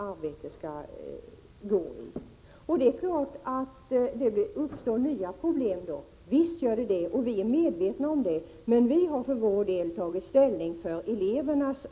Det är klart att nya problem uppstår, men vi är medvetna om detta. Vi har tagit ställning för eleverna.